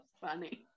funny